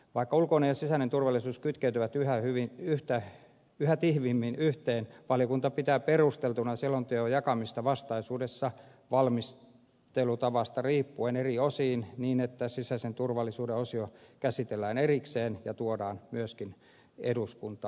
vaikka ulkoinen ja sisäinen turvallisuus kytkeytyvät yhä tiiviimmin yhteen valiokunta pitää perusteltuna selonteon jakamista vastaisuudessa valmistelutavasta riippuen eri osiin niin että sisäisen turvallisuuden osio käsitellään erikseen ja tuodaan myöskin eduskuntaan